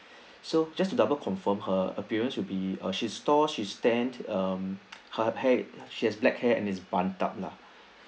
so just to double confirm her appearance will be err she is tall she is tan err her hair she has black hair and it's bunned up lah